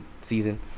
season